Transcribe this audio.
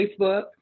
Facebook